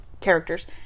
characters